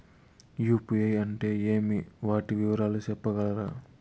UPI అంటే ఏమి? వాటి వివరాలు సెప్పగలరా?